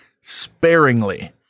sparingly